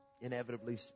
inevitably